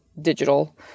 digital